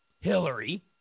Hillary